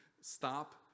Stop